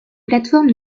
plateformes